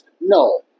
No